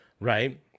Right